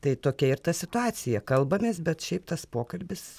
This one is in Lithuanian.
tai tokia ir ta situacija kalbamės bet šiaip tas pokalbis